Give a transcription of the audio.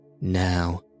Now